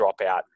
dropout